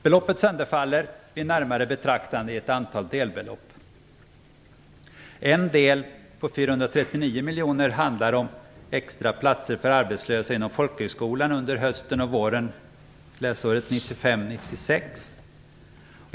Beloppet sönderfaller vid närmare betraktande i ett antal delbelopp. En del på 439 miljoner handlar om extra platser för arbetslösa inom folkhögskolan under läsåret 1995/96.